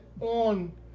on